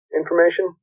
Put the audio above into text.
information